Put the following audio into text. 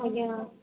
ଆଜ୍ଞା